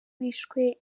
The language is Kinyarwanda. bishwe